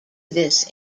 this